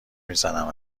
میزنم